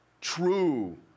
true